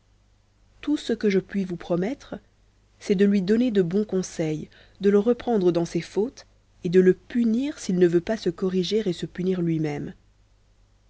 tout ce que je puis vous promettre c'est de lui donner de bons conseils de le reprendre de ses fautes et de le punir s'il ne veut pas se corriger et se punir lui-même